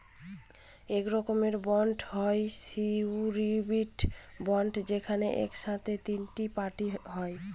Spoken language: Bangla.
এক রকমের বন্ড হয় সিওরীটি বন্ড যেখানে এক সাথে তিনটে পার্টি হয়